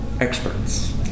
experts